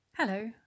Hello